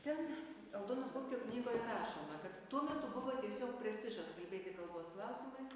ten aldono pupkio knygoje rašoma kad tuo metu buvo tiesiog prestižas kalbėti kalbos klausimais